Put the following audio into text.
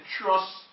trust